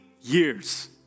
years